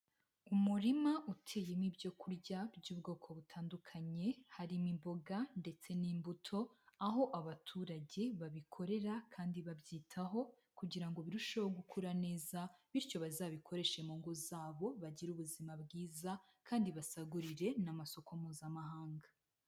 Umurima uteyemo ibyo kurya by'ubwoko butandukanye harimo imboga ndetse n'imbuto, aho abaturage babikorera kandi babyitaho kugira ngo birusheho gukura neza bityo bazabikoreshe mu ngo zabo bagire ubuzima bwiza kandi basagurire n'amasoko mpuzamahanga.